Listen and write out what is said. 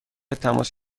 تماس